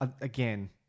again